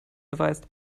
beweist